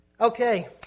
Okay